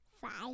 five